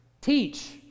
teach